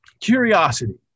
Curiosity